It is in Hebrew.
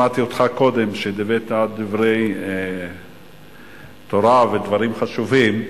שמעתי אותך קודם כשהבאת דברי תורה ודברים חשובים,